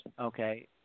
Okay